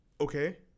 Okay